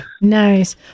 Nice